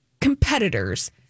competitors